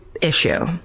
issue